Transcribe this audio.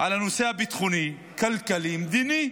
על הנושא הביטחוני, כלכלי, מדיני.